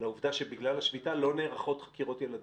לעובדה שבגלל השביתה לא נערכות חקירות ילדים.